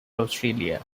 australia